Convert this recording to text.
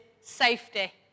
safety